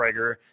Prager